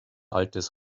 altes